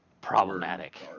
problematic